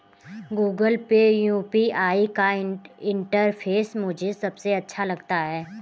Google Pay UPI का interface मुझे सबसे अच्छा लगता है